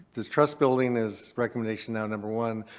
the trust building is recommendation now number one.